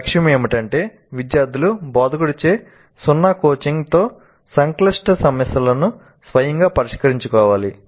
లక్ష్యం ఏమిటంటే విద్యార్థులు బోధకుడిచే సున్నా కోచింగ్తో సంక్లిష్ట సమస్యలను స్వయంగా పరిష్కరించుకోవాలి